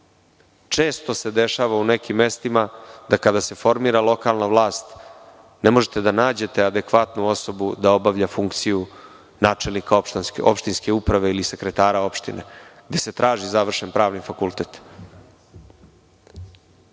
Često se dešava u nekim mestima da kada se formira lokalna vlast, ne možete da nađete adekvatnu osobu da obavlja funkciju načelnika opštinske uprave ili sekretara opštine, gde se traži završen pravni fakultet.